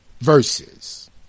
Verses